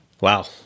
Wow